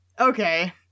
Okay